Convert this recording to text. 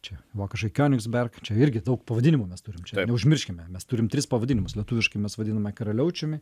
čia vokiškai kionigsberg čia irgi daug pavadinimų mes turim čia neužmirškime mes turim tris pavadinimus lietuviškai mes vadiname karaliaučiumi